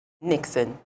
Nixon